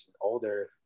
older